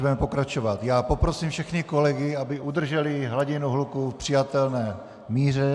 Než budeme pokračovat, poprosím všechny kolegy, aby udrželi hladinu hluku v přijatelné míře.